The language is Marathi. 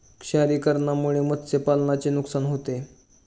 क्षारीकरणामुळे मत्स्यपालनाचे नुकसान होते